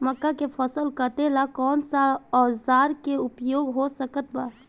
मक्का के फसल कटेला कौन सा औजार के उपयोग हो सकत बा?